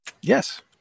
Yes